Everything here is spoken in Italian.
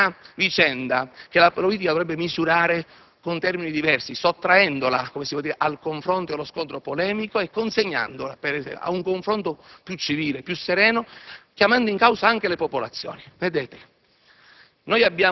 È una vicenda che la politica dovrebbe misurare in termini diversi, sottraendola al confronto ed allo scontro polemico e consegnandola ad un confronto più civile, più sereno, chiamando in causa anche le popolazioni. Vedete,